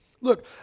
Look